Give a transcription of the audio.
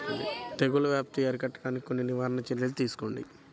తెగుళ్ల వ్యాప్తి అరికట్టడానికి కొన్ని నివారణ చర్యలు తెలుపండి?